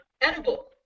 edible